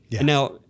Now